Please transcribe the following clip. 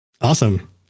Awesome